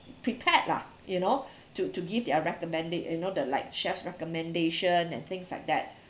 prepared lah you know to to give their recommenda~ you know the like chef's recommendation and things like that